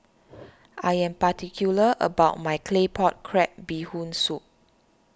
I am particular about my Claypot Crab Bee Hoon Soup